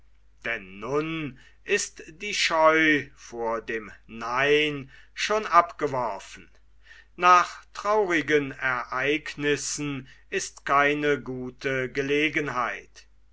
nun ist die scheu vor dem nein schon abgeworfen nach traurigen ereignissen ist keine gute gelegenheit